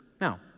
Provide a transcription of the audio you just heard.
Now